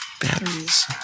Batteries